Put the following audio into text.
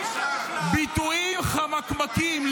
ביטויים חמקמקים,